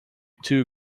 two